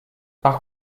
par